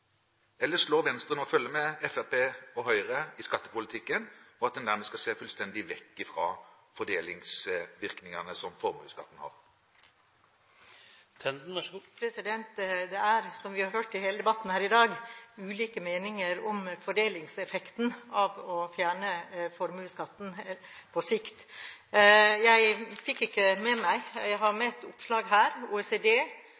Eller slår Venstre nå følge med Fremskrittspartiet og Høyre i skattepolitikken, slik at en nærmest skal se fullstendig vekk fra fordelingsvirkningene som formuesskatten har? Det er, som vi har hørt i hele debatten i dag, ulike meninger om fordelingseffekten av å fjerne formuesskatten på sikt. Jeg har her med meg